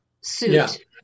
suit